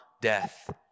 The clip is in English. death